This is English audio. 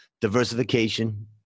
Diversification